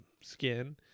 Skin